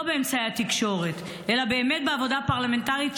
לא באמצעי התקשורת, אלא באמת בעבודה הפרלמנטרית.